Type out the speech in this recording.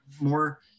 more